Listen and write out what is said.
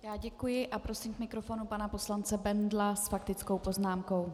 Já děkuji a prosím k mikrofonu pana poslance Bendla s faktickou poznámkou.